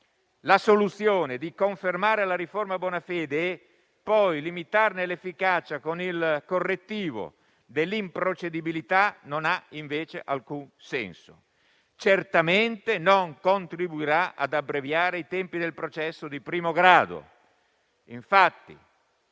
La soluzione di confermare la riforma Bonafede e poi limitarne l'efficacia con il correttivo dell'improcedibilità non ha alcun senso, invece. Certamente non contribuirà ad abbreviare i tempi del processo di primo grado. Infatti,